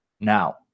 Now